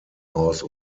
aus